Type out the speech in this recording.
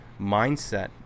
mindset